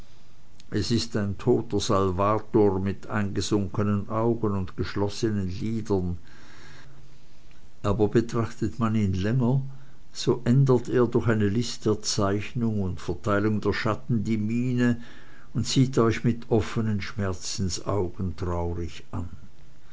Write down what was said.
es ist ein toter salvator mit eingesunkenen augen und geschlossenen lidern aber betrachtet man ihn länger so ändert er durch eine list der zeichnung und verteilung der schatten die miene und sieht euch mit offenen schmerzensaugen traurig an